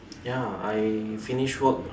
ya I finish work uh